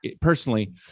personally